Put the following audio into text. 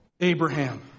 Abraham